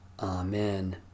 Amen